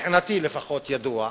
מבחינתי לפחות ידוע,